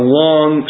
long